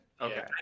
Okay